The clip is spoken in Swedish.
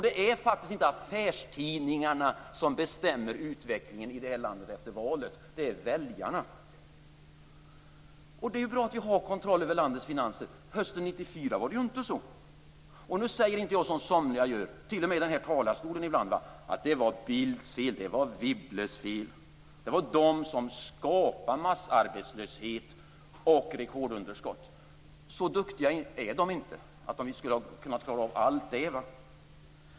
Det är faktiskt inte affärstidningarna som bestämmer utvecklingen i det här landet efter valet - det är väljarna. Det är bra att vi har kontroll över landets finanser. Hösten 1994 var det inte så. Jag säger inte som somliga - t.o.m. i denna talarstol ibland - att det är Bildts och Wibbles fel, och att det var de som skapade massarbetslöshet och rekordunderskott. Så duktiga är de inte att de skulle ha kunnat klarat av allt det.